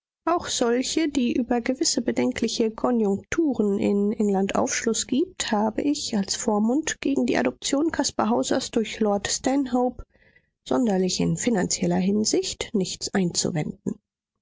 auch solche die über gewisse bedenkliche konjunkturen in england aufschluß gibt habe ich als vormund gegen die adoption caspar hausers durch lord stanhope sonderlich in finanzieller hinsicht nichts einzuwenden